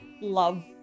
love